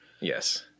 Yes